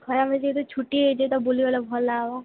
ହଏ ଆମେ ଯେତେ ଛୁଟି ହେଇଛେ ତ ବୁଲିଗଲେ ଭଲ୍ ଲାଗବା